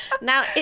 Now